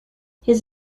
his